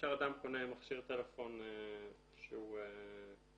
כאשר אדם קונה מכשיר טלפון שהוא מוחדש,